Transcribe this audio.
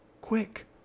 Quick